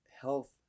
health